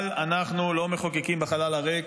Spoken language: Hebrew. אבל אנחנו לא מחוקקים בחלל הריק,